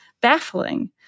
baffling